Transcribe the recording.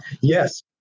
Yes